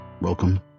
welcome